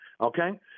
okay